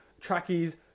trackies